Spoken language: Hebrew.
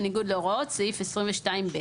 בניגוד להוראות סעיף 22(ב).